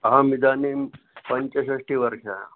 अहम् इदानीं पञ्च षष्टिवर्षः